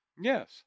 Yes